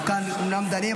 אנחנו אומנם כאן דנים,